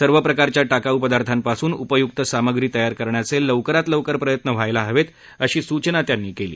सर्व प्रकारच्या टाकाऊ पदार्थापासून उपयुक्त सामग्री तयार करण्याचे लवकरात लवकर प्रयत्न झाले पाहिजेत अशी सूचना त्यांनी केली